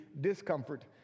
discomfort